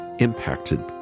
impacted